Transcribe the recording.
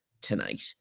tonight